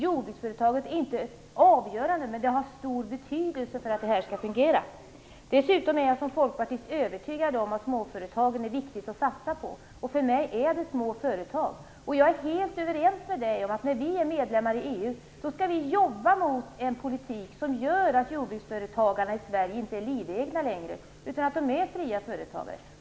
Jordbruksföretagen är inte avgörande, men de har stor betydelse för att det skall fungera. Som folkpartist är jag dessutom övertygad om att det är viktigt att satsa på småföretagen, och för mig är det här fråga om småföretag. Jag är helt överens med skall jobba för en politik som gör att jordbruksföretagarna i Sverige inte är livegna längre, utan är fria företagare.